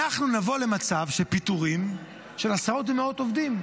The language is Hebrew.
אנחנו נבוא למצב של פיטורים של עשרות ומאות עובדים.